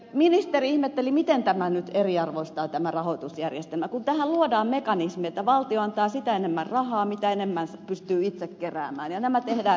ministeri ihmetteli miten tämä rahoitusjärjestelmä nyt eriarvoistaa kun tähän luodaan mekanismi että valtio antaa sitä enemmän rahaa mitä enemmän yliopisto pystyy itse keräämään ja nämä tehdään riippuvaisiksi toisistaan